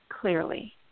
clearly